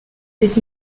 des